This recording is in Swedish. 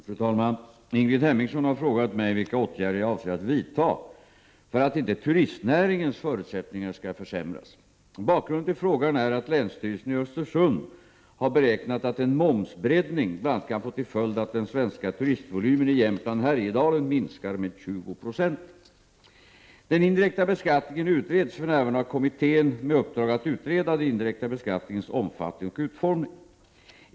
Fru talman! Ingrid Hemmingsson har frågat mig vilka åtgärder jag avser att vidta för att inte turistnäringens förutsättningar skall försämras. Bakgrunden till frågan är att länsstyrelsen i Östersund har beräknat att en momsbreddning bl.a. kan få till följd att den svenska turistvolymen i Jämtland-Härjedalen minskar med 20 9. Den indirekta beskattningen utreds för närvarande av kommittén med uppdrag att utreda den indirekta beskattningens omfattning och utformning.